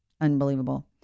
Unbelievable